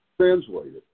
translated